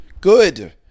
Good